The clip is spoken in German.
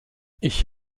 ich